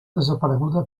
desapareguda